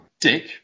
Dick